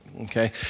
Okay